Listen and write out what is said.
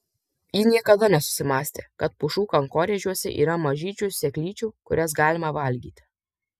ji niekada nesusimąstė kad pušų kankorėžiuose yra mažyčių sėklyčių kurias galima valgyti